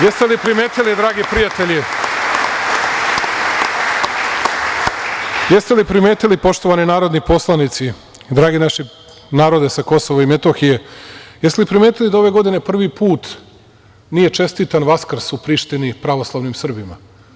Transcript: Jeste li primetili, dragi prijatelji, jeste li primetili, poštovani narodni poslanici, dragi naš narode sa Kosova i Metohije, jeste li primetili da ove godine prvi put nije čestitan Vaskrs u Prištini pravoslavnim Srbima?